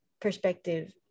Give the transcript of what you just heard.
perspective